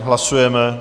Hlasujeme.